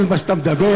כל מה שאתה מדבר,